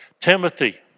Timothy